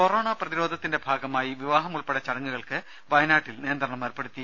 corona പ്രതിരോധത്തിന്റെ ഭാഗമായി വിവാഹം ഉൾപ്പെടെ ചടങ്ങുകൾക്ക് വയനാട്ടിൽ നിയന്ത്രണം ഏർപ്പെടുത്തി